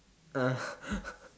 ah